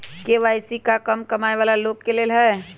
KYC का कम कमाये वाला लोग के लेल है?